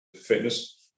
fitness